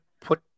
put